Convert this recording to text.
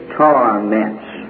torments